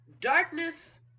Darkness